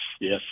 yes